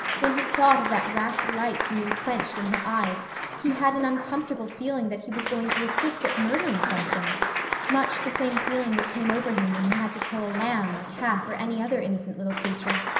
when he thought of that rapt light being quenched in her eyes he had an uncomfortable feeling that he was going to assist at murdering something much the same feeling that came over him when he had to kill a lamb or calf or any other innocent little creature.